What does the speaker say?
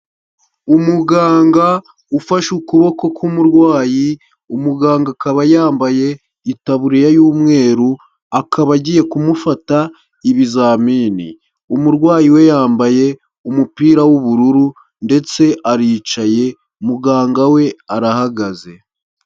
Umuganga ufashe ukuboko k'umurwayi, umuganga akaba yambaye itaburiya y'umweru, akaba agiye kumufata ibizamini. Umurwayi we yambaye umupira w'ubururu, ndetse aricaye, muganga we arahagaze.